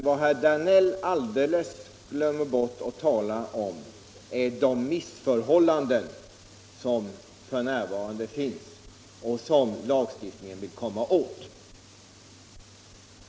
Vad herr Danell alldeles glömde bort att tala om är de missförhållanden som f. n. råder och som lagstiftningen vill komma åt.